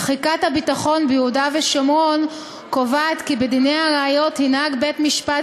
תחיקת הביטחון ביהודה ושומרון קובעת כי "בדיני הראיות ינהג בית-משפט